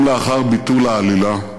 גם לאחר ביטול העלילה,